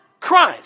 Christ